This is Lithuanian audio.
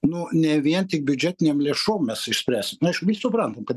nu ne vien tik biudžetinėm lėšom mes išspręsim nu aišku suprantam kad